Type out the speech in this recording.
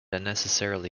unnecessarily